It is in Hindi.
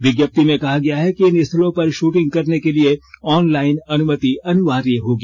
विज्ञप्ति में कहा गया है कि इन स्थलों पर शूटिंग करने के लिए ऑनलाइन अनुमति अनिवार्य होगी